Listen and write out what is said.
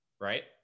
Right